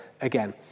again